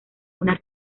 una